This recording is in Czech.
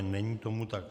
Není tomu tak.